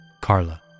Carla